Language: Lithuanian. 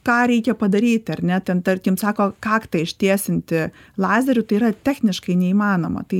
ką reikia padaryti ar ne ten tarkim sako kaktą ištiesinti lazeriu tai yra techniškai neįmanoma tai